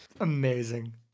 amazing